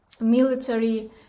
military